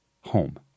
home